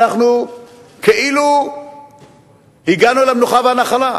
כאילו הגענו למנוחה ולנחלה.